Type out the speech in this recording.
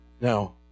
Now